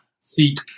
seek